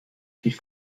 sich